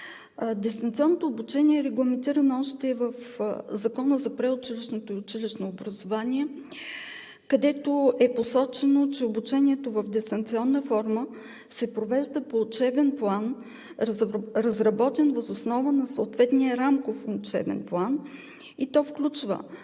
Дистанционното обучение е регламентирано още в Закона за предучилищното и училищното образование, където е посочено, че обучението в дистанционна форма се провежда по учебен план, разработен въз основа на съответния рамков учебен план и то включва: